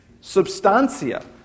substantia